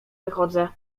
wychodzę